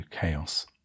chaos